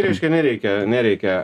reiškia nereikia nereikia